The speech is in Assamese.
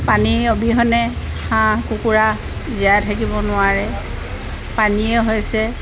পানীৰ অবিহনে হাঁহ কুকুৰা জীয়াই থাকিব নোৱাৰে পানীয়ে হৈছে